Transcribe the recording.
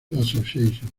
association